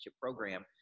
program